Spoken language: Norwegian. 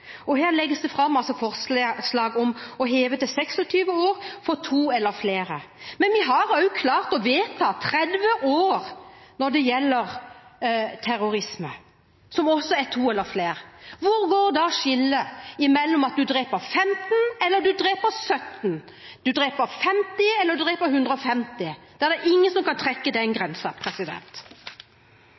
og her legges det altså fram forslag om å heve til 26 år for to eller flere. Men vi har også klart å vedta 30 år når det gjelder terrorisme, som også er to eller flere. Hvor går da skillet mellom å drepe 15 og 17, eller mellom å drepe 50 og 150? Det er ingen som kan trekke den